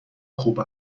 خوب